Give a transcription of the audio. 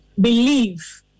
believe